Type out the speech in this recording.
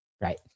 right